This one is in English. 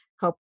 help